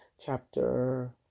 chapter